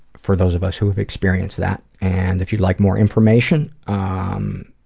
for those of us who have experienced that, and if you'd like more information, um,